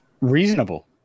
Reasonable